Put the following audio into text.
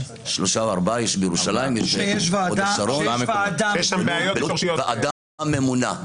יש בירושלים, יש בהוד השרון, בלוד, ועדה ממונה.